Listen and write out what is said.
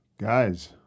Guys